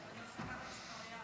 אין מתנגדים,